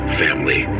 family